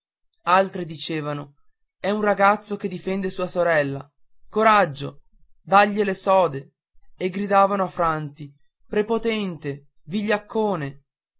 altre dicevano è un ragazzo che difende sua sorella coraggio dagliele sode e gridavano a franti prepotente vigliaccone